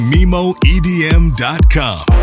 MimoEDM.com